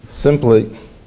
simply